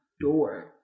door